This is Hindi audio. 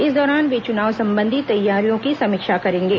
इस दौरान वे चुनाव संबंधी तैयारियों की समीक्षा करेंगे